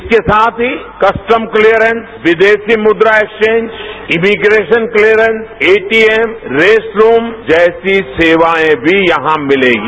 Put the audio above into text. इसके साथ ही कस्टम क्लीयरेस विदेशी मुद्रा exchange immigration clearance ATM rest room जैसी सेवाएं भी यहां मिलेंगी